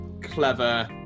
clever